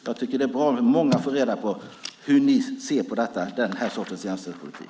Jag tycker att det är bra om många får reda på hur ni ser på den här sortens jämställdhetspolitik.